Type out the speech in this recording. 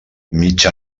mig